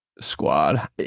squad